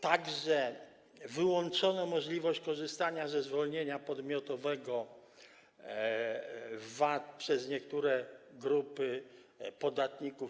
Także wyłączono możliwość korzystania ze zwolnienia podmiotowego w VAT przez niektóre grupy podatników.